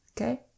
Okay